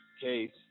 case